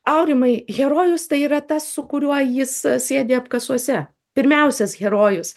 aurimai herojus tai yra tas su kuriuo jis sėdi apkasuose pirmiausias herojus